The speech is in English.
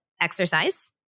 exercise